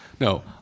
No